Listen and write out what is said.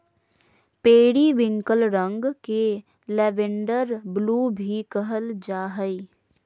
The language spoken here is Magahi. पेरिविंकल रंग के लैवेंडर ब्लू भी कहल जा हइ